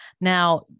Now